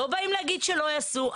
לא באים להגיד שלא יעשו,